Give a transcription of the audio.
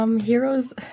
Heroes